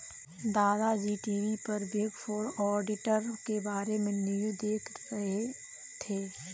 दादा जी टी.वी पर बिग फोर ऑडिटर के बारे में न्यूज़ देख रहे थे